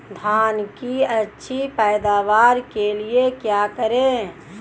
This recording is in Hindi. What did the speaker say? धान की अच्छी पैदावार के लिए क्या करें?